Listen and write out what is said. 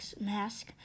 mask